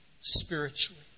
spiritually